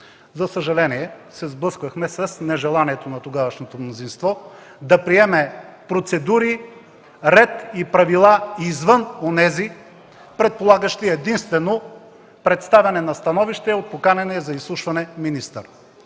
За съжаление, се сблъскахме с нежеланието на тогавашното мнозинство да приеме процедури, ред и правила извън онези, предполагащи единствено представяне на становище от поканения за изслушване министър.